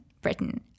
Britain